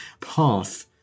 path